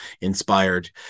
inspired